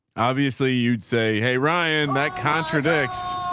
obviously you'd say, hey, ryan, that contradicts